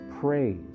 praise